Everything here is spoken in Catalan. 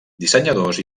dissenyadors